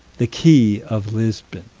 the quay of lisbon.